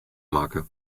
makke